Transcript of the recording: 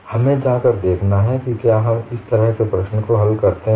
हमें जाकर देखना है क्या हम इस तरह की प्रश्न को हल करते हैं